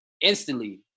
instantly